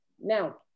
now